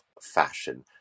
fashion